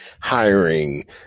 hiring